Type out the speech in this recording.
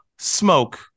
smoke